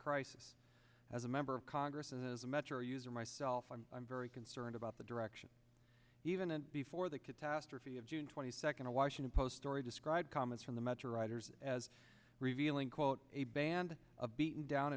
crisis as a member of congress has a measure user myself i'm very concerned about the direction even and before the catastrophe of june twenty second a washington post story described comments from the metro riders as revealing quote a band of beaten down